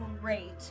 Great